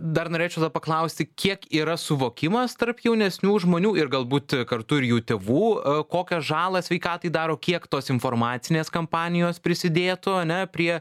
dar norėčiau tada paklausti kiek yra suvokimas tarp jaunesnių žmonių ir galbūt kartu ir jų tėvų kokią žalą sveikatai daro kiek tos informacinės kampanijos prisidėtų ane prie